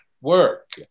work